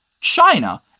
China